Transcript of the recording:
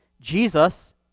Jesus